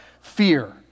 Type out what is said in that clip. Fear